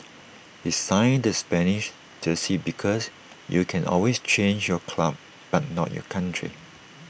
he signed the Spanish jersey because you can always change your club but not your country